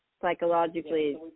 psychologically